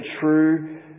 true